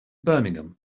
birmingham